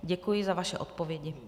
Děkuji za vaše odpovědi.